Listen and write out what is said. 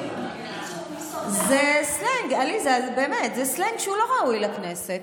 זה סלנג שהוא לא ראוי לכנסת.